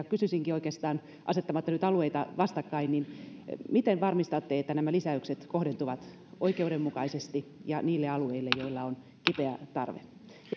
kysyisinkin oikeastaan asettamatta nyt alueita vastakkain miten varmistatte että nämä lisäykset kohdentuvat oikeudenmukaisesti ja niille alueille joilla on kipeä tarve